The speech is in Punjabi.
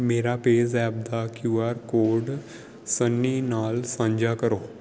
ਮੇਰਾ ਪੇਜ਼ੈਪ ਦਾ ਕਿਊ ਆਰ ਕੋਡ ਸੰਨੀ ਨਾਲ ਸਾਂਝਾ ਕਰੋ